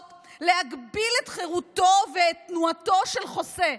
להגביל את חירותו ואת תנועתו של חוסה.